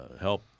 help